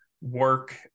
work